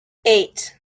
eight